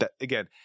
again